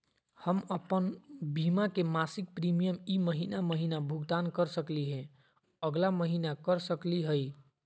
हम अप्पन बीमा के मासिक प्रीमियम ई महीना महिना भुगतान कर सकली हे, अगला महीना कर सकली हई?